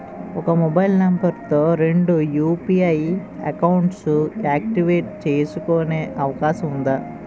ఒక mobile number తో రెండు యు.పి.ఐ అకౌంట్స్ యాక్టివేట్ చేసుకునే అవకాశం వుందా?